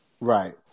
Right